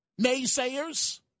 naysayers